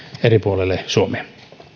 eri puolille suomea